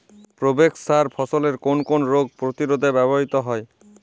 Provex সার ফসলের কোন কোন রোগ প্রতিরোধে ব্যবহৃত হয়?